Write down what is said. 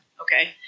Okay